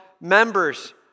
Members